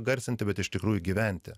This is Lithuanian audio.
garsinti bet iš tikrųjų gyventi